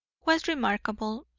was remarkable,